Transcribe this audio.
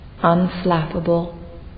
unflappable